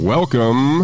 Welcome